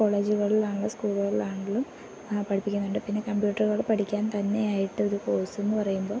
കോളേജുകളിൽ ആണെങ്കിലും സ്കൂളുകളിൽ ആണെങ്കിലും പഠിപ്പിക്കുന്നുണ്ട് പിന്നെ കമ്പ്യൂട്ടറുകൾ പഠിക്കാൻ തന്നെയായിട്ട് ഒരു കോഴ്സെന്നു പറയുമ്പോൾ